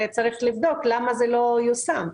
צריך לבדוק למה זה לא יושם?